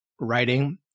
writing